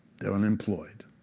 they are unemployed.